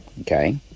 okay